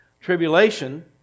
tribulation